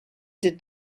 did